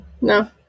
No